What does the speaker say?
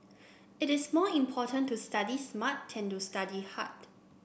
it is more important to study smart than to study hard